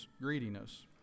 greediness